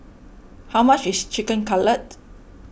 how much is Chicken Cutlet